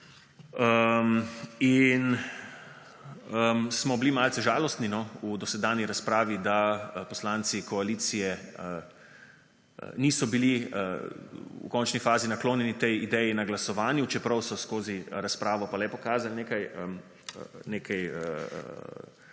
In smo bili malce žalostni, no, v dosedanji razpravi, da poslanci koalicije niso bili v končni fazi naklonjeni tej ideji na glasovanju, čeprav so skozi razpravo pa le pokazali nekaj